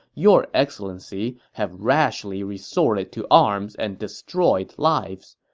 your excellency have rashly resorted to arms and destroyed lives.